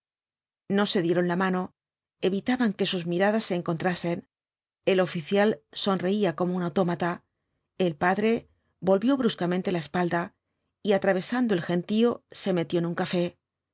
no se dieron la mano evitaban que sus miradas se encontrasen el oficial sonreía como un autómata el padre volvió bruscamente la espalda y atravesando el gentío se metió en un café